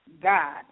God